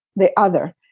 the other.